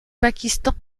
pakistan